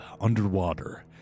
underwater